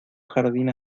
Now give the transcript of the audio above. jardín